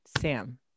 Sam